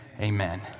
amen